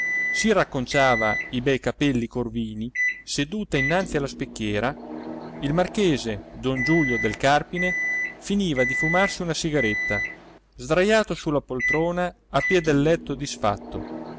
si racconciava i bei capelli corvini seduta innanzi alla specchiera il marchese don giulio del carpine finiva di fumarsi una sigaretta sdrajato sulla poltrona a piè del letto disfatto